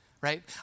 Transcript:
right